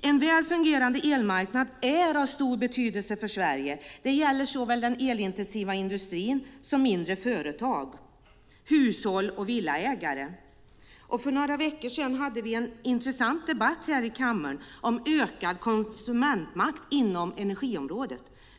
En väl fungerande elmarknad är av stor betydelse för Sverige. Det gäller såväl den elintensiva industrin som mindre företag, hushåll och villaägare. För några veckor sedan hade vi en intressant debatt här i kammaren om ökad konsumentmakt inom energiområdet.